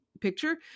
picture